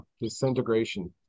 disintegration